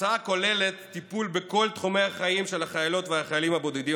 ההצעה כוללת טיפול בכל תחומי החיים של החיילים והחיילות הבודדים